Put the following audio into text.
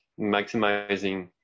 maximizing